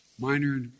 minor